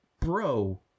bro